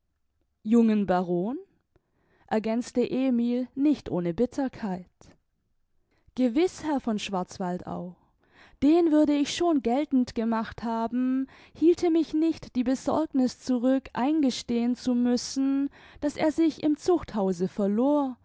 jungen baron ergänzte emil nicht ohne bitterkeit gewiß herr von schwarzwaldau den würde ich schon geltend gemacht haben hielte mich nicht die besorgniß zurück eingestehen zu müssen daß er sich im zuchthause verlor